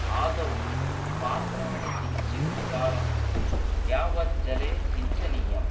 आदौ पात्राणि किञ्जित् कालं यावत् जले सिञ्जनीयम्